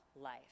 life